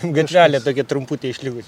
gatvelė tokia trumputė išlikus